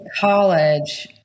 college